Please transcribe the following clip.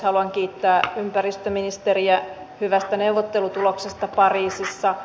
haluan kiittää ympäristöministeriä hyvästä neuvottelutuloksesta pariisissa